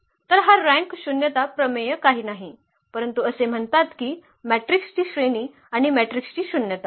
तर हा रँक शून्यता प्रमेय काही नाही परंतु असे म्हणतात की मॅट्रिक्सची श्रेणी आणि मॅट्रिक्सची शून्यता